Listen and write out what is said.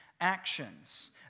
actions